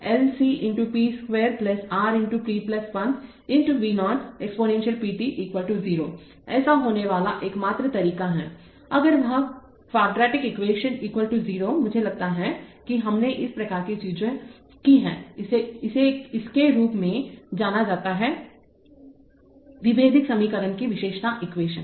L C × p square RC × p 1 × V0 exponential pt 0 ऐसा होने वाला एकमात्र तरीका है अगर वह क्वाड्रैटिक एक्वेशन 0 मुझे लगता है कि हमने इस प्रकार की चीजें की हैं इसे के रूप में जाना जाता है विभेदक समीकरण की विशेषता एक्वेशन